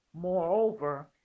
moreover